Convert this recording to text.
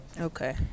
Okay